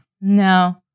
No